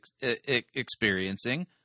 experiencing